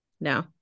No